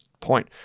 point